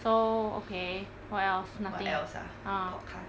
so okay what else nothing ah